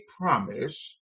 promise